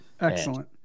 excellent